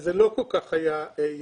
וזה לא כל כך היה יעיל.